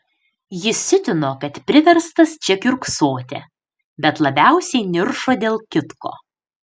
jį siutino kad priverstas čia kiurksoti bet labiausiai niršo dėl kitko